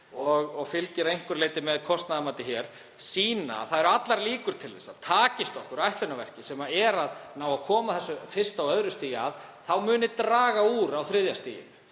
það fylgir að einhverju leyti með kostnaðarmatinu, sýna að það eru allar líkur til þess að takist okkur ætlunarverkið, sem er að ná að koma þessu fyrsta og öðru stigi á, þá muni draga úr á þriðja stigi,